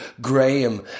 Graham